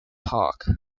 park